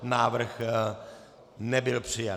Návrh nebyl přijat.